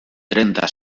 trenta